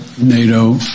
NATO